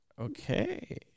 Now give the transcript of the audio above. Okay